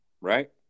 Right